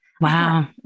Wow